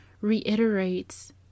reiterates